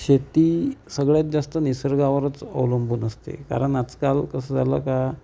शेती सगळ्यात जास्त निसर्गावरच अवलंबून असते कारण आजकाल कसं झालं का